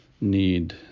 need